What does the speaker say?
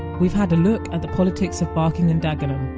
we've had a look at the politics of barking and dagenham,